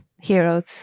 heroes